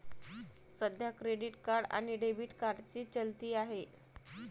सध्या credit card आणि debit कार्डची चलती आहे